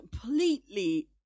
completely